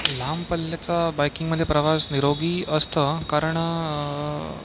लांब पल्ल्याचा बाईकिंगमध्ये प्रवास निरोगी असतो कारण